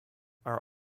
are